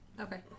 Okay